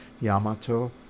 Yamato